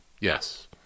Yes